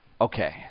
okay